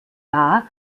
war